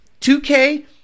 2K